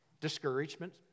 discouragement